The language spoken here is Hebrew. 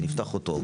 ונפתח אותו,